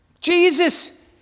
Jesus